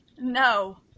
No